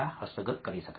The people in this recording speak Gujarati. હસ્તગત કરી શકાય છે